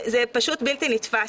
זה פשוט בלתי נתפס.